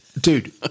dude